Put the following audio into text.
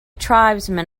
tribesmen